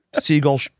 seagull